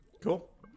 Cool